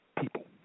people